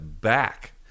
back